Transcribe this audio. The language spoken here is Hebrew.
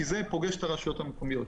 כי זה פוגש את הרשויות המקומיות.